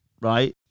right